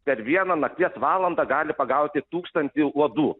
per vieną nakties valandą gali pagauti tūkstantį uodų